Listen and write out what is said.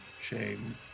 shame